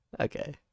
Okay